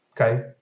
Okay